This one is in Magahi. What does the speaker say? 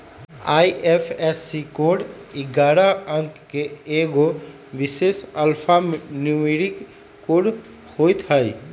आई.एफ.एस.सी कोड ऐगारह अंक के एगो विशेष अल्फान्यूमैरिक कोड होइत हइ